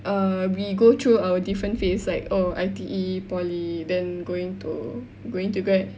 err we go through our different phase like err I_T_E poly then going to going to grad